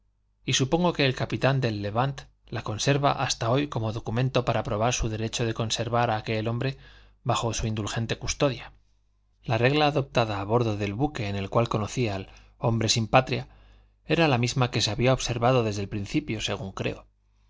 y supongo que el capitán del levant la conserva hasta hoy como documento para probar su derecho de conservar a aquel hombre bajo su indulgente custodia la regla adoptada a bordo del buque en el cual conocí al hombre sin patria era la misma que se había observado desde el principio según creo